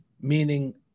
meaning